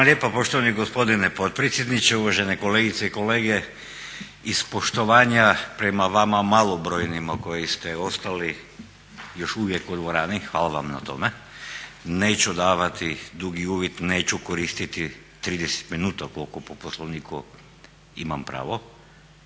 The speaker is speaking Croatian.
lijepa poštovani gospodine potpredsjedniče, uvažene kolegice i kolege iz poštovanja prema vama malobrojnima koji ste ostali još uvijek u dvorani hvala vam na tome. Neću davati dugi uvid, neću koristiti 30 minuta koliko po Poslovniku imam pravo,